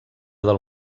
del